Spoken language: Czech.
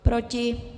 Proti?